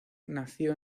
nació